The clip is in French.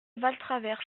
valtravers